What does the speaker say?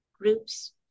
groups